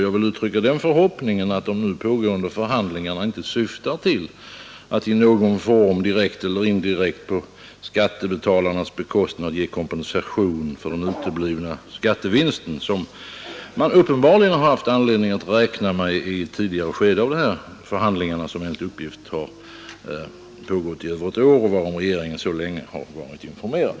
Jag vill uttrycka den förhoppningen att de nu pågående förhandlingarna inte syftar till att i någon form, direkt eller indirekt, på skattebetalarnas bekostnad ge kompensation för den uteblivna skattebefrielse som man uppenbarligen har haft anledning att räkna med i det tidigare skedet av de här förhandlingarna, som enligt uppgift har pågått i över ett år och varom regeringen så länge har varit informerad.